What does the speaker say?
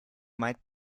might